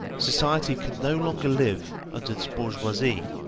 society can no longer live under this bourgeoisie,